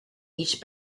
each